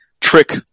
trick